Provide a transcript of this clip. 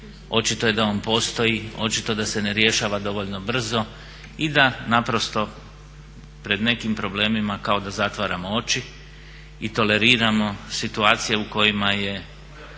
očito je da on postoji, očito da se ne rješava dovoljno brzo i da naprosto pred nekim problemima kao da zatvaramo oči i toleriramo situacije u kojima je